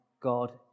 God